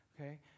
okay